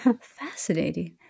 Fascinating